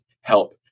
help